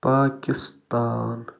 Pakistan